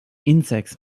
insects